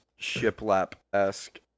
shiplap-esque